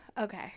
okay